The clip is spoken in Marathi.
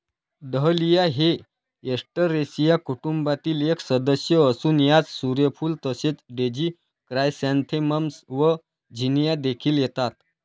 डहलिया हे एस्टरेसिया कुटुंबातील एक सदस्य असून यात सूर्यफूल तसेच डेझी क्रायसॅन्थेमम्स व झिनिया देखील येतात